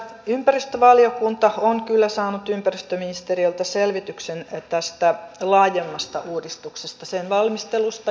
ympäristövaliokunta on kyllä saanut ympäristöministeriöltä selvityksen tästä laajemmasta uudistuksesta sen valmistelusta